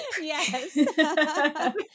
Yes